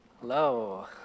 Hello